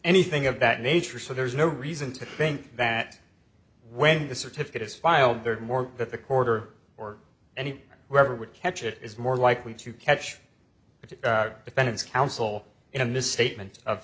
anything of that nature so there's no reason to think that when the certificate is filed the more that the quarter or any record would ketch it is more likely to catch a defendant's counsel in a misstatement of